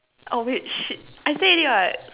oh wait shit I say already what